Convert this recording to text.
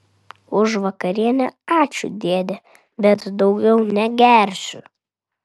už vakarienę ačiū dėde bet daugiau negersiu